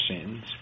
sins